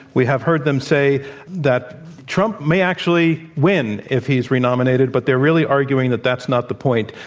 we have heard them say that trump may actually win if he's re-nominated, but they're really arguing that that's not the point,